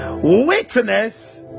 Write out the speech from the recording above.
Witness